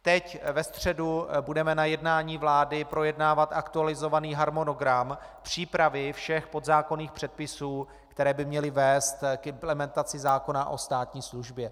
Teď ve středu budeme na jednání vlády projednávat aktualizovaný harmonogram přípravy všech podzákonných předpisů, které by měly vést k implementaci zákona o státní službě.